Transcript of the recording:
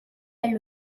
est